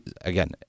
again